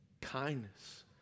kindness